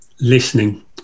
listening